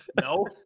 no